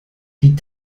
die